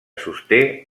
sosté